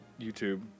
YouTube